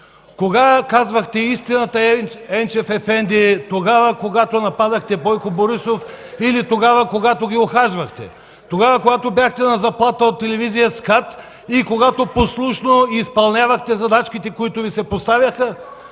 Кога казвахте истината, Енчев ефенди – когато нападахте Бойко Борисов или когато го ухажвахте, когато бяхте на заплата от телевизия СКАТ и когато послушно изпълнявахте задачките, които Ви се поставяха?